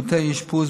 שירותי אשפוז